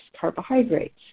carbohydrates